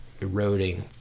eroding